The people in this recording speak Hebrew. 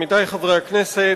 עמיתי חברי הכנסת,